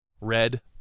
red